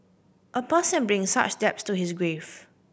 a person brings such debts to his grave